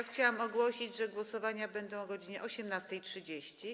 Chciałam ogłosić, że głosowania będą o godz. 18.30.